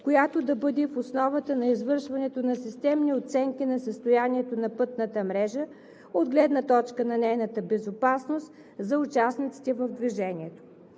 която да бъде в основата на извършването на системни оценки на състоянието на пътната мрежа от гледна точка на нейната безопасност за участниците в движението.